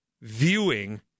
viewing